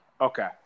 Okay